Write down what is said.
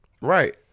Right